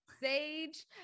sage